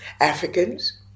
Africans